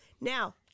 Now